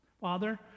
Father